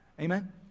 Amen